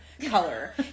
color